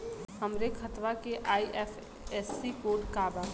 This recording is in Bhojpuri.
हमरे खतवा के आई.एफ.एस.सी कोड का बा?